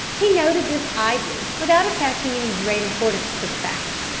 he noted this idly without attaching any great importance to the fact.